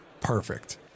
perfect